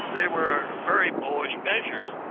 they were very bullish measures.